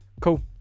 Cool